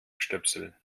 stöpsel